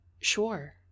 Sure